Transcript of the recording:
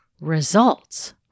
results